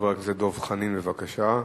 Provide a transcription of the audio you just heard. חבר הכנסת דב חנין, בבקשה.